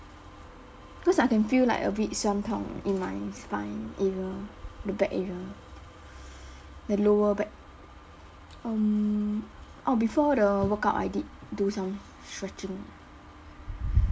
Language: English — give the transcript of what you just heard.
cause I can feel like a bit 酸痛 in my spine area the back area the lower back um oh before the workout I did do some stretching